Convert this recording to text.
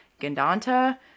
Gandanta